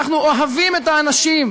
אנחנו אוהבים את האנשים,